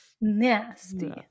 nasty